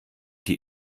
die